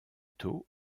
tôt